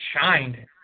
shined